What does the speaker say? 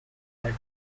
had